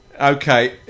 Okay